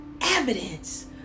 evidence